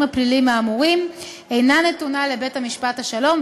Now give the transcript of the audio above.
הפליליים האמורים אינה נתונה לבית-משפט שלום,